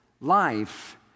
life